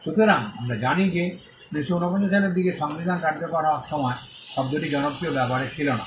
সুতরাং আমরা জানি যে 1949 সালের দিকে সংবিধান কার্যকর হওয়ার সময় শব্দটি জনপ্রিয় ব্যবহারে ছিল না